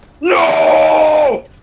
No